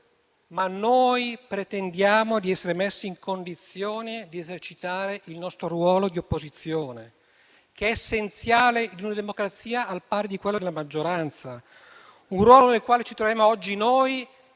ma noi pretendiamo di essere messi in condizione di esercitare il nostro ruolo di opposizione, che è essenziale in una democrazia al pari di quello della maggioranza. Un ruolo nel quale ci troviamo oggi noi